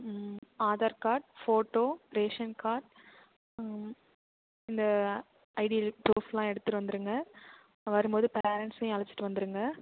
Aadhaar card photo ration card இந்த ID ப்ரூஃப்லாம் எடுத்துகிட்டு வந்துருங்க வருமோது பேரன்ட்ஸ்ஸையும் அழைச்சிட்டு வந்துருங்க